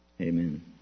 Amen